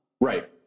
Right